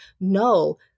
No